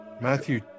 Matthew